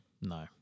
No